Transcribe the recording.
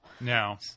Now